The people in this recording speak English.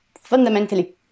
fundamentally